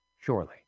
surely